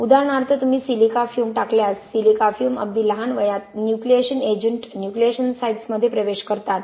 उदाहरणार्थ तुम्ही silica fume टाकल्यास सिलिका फ्युम अगदी लहान वयात न्यूक्लिएशन एजंट न्यूक्लिएशन साइट्समध्ये प्रवेश करतात